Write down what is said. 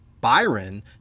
Byron